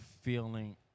feeling